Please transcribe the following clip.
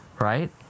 right